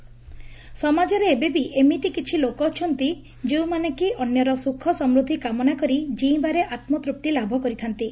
ଭଲ ଖବର ସମାଜରେ ଏବେ ବି ଏମିତି କିଛି ଲୋକ ଅଛନ୍ତି ଯେଉଁମାନେକି ଅନ୍ୟର ସୁଖ ସମୃଦ୍ଧି କାମନା କରି ଜିଇଁବାରେ ଆତ୍କତୃପ୍ତି ଲାଭ କରିଥାନ୍ତି